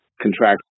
contract